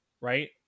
right